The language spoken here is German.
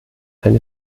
eine